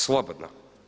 Slobodno.